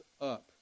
up